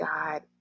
God